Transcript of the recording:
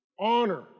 honor